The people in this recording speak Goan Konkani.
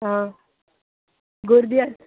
हां गर्दी आस